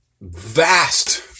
vast